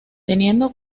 teniendo